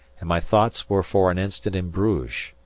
and my thoughts were for an instant in bruges,